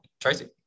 tracy